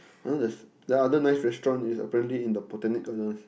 I know there's the other nice restaurant is apparently in the Botanic-Gardens